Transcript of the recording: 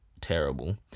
terrible